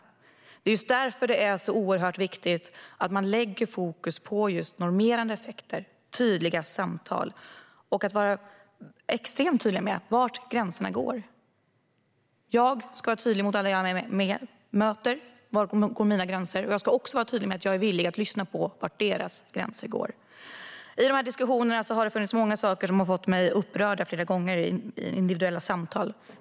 Det är därför det är oerhört viktigt att man lägger fokus på just normerande effekter. Det handlar om tydliga samtal och om att vara extremt tydlig med var gränserna går. Jag ska vara tydlig mot alla jag möter och säga var mina gränser går. Jag ska också vara tydlig med att jag är villig att lyssna på var deras gränser går. I dessa diskussioner och vid individuella samtal har det funnits många saker som flera gånger har gjort mig upprörd.